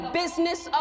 business